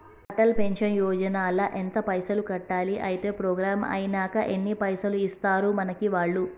Atal pension Yojana ల ఎంత పైసల్ కట్టాలి? అత్తే ప్రోగ్రాం ఐనాక ఎన్ని పైసల్ ఇస్తరు మనకి వాళ్లు?